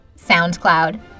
soundcloud